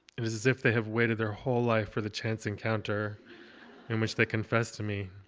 it is as if they have waited their whole life for the chance encounter in which they confess to me.